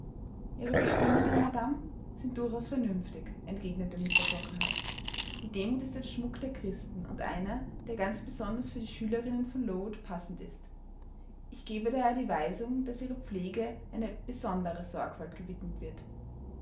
ihre bestimmungen madame sind durchaus vernünftig entgegnete mr brocklehurst die demut ist ein schmuck der christen und einer der ganz besonders für die schülerinnen von lowood passend ist ich gebe daher die weisung daß ihrer pflege eine besondere sorgfalt gewidmet wird